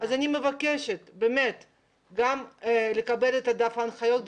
לכן אני מבקשת גם לקבל את דף ההנחיות,